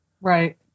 Right